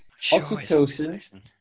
oxytocin